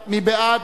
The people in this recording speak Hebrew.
בעד?